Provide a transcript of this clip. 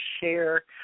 share